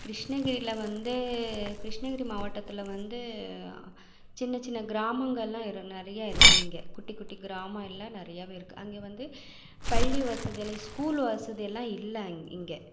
கிருஷ்ணகிரியில வந்து கிருஷ்ணகிரி மாவட்டத்தில் வந்து சின்னச் சின்ன கிராமங்கள்லாம் இரு நிறைய இருக்கு இங்கே குட்டி குட்டி கிராமம் எல்லாம் நிறையாவே இருக்கு அங்கே வந்து பள்ளி வசதியெல்லாம் ஸ்கூல் வசதியெல்லாம் இல்லை அங்க இங்கே